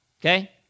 Okay